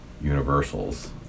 universals